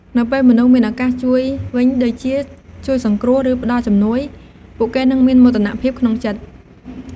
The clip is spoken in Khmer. នៅពេលមនុស្សមានឱកាសជួយវិញ ដូចជា ជួយសង្គ្រោះ ឬផ្តល់ជំនួយ ពួកគេនឹងមានមោទនភាពក្នុងចិត្ត។